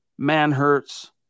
Manhurts